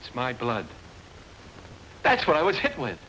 it's my blood that's what i was hit with